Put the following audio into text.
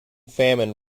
famine